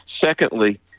Secondly